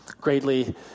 greatly